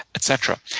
etc.